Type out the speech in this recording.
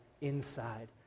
inside